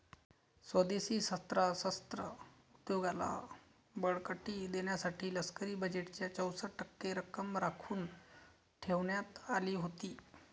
स्वदेशी शस्त्रास्त्र उद्योगाला बळकटी देण्यासाठी लष्करी बजेटच्या चौसष्ट टक्के रक्कम राखून ठेवण्यात आली होती